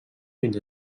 fins